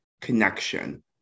connection